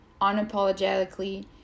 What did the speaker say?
unapologetically